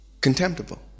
contemptible